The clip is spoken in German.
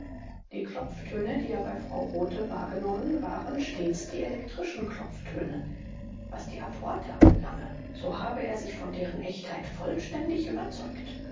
die klopftöne die er bei frau rothe wahrgenommen waren stets die elektrischen klopftöne was die apporte anlange so habe er sich von deren echtheit vollständig überzeugt